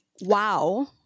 wow